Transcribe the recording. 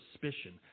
suspicion